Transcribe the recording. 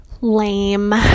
lame